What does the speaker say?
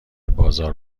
بازار